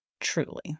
Truly